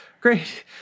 Great